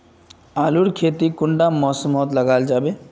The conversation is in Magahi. आलूर खेती कुंडा मौसम मोत लगा जाबे?